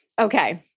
Okay